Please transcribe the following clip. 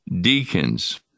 deacons